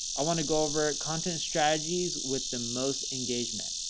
i want to go over content strategies with the most engagement.